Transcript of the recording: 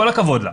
כל הכבוד לה.